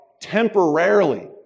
temporarily